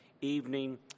evening